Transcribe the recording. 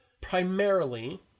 primarily